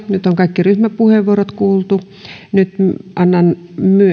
nyt on kaikki ryhmäpuheenvuorot kuultu nyt annan